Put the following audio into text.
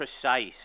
precise